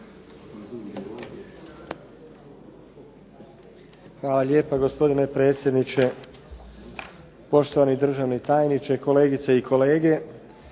Uvaženi gospodine predsjedniče, gospodine državni tajniče, kolegice i kolege.